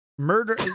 Murder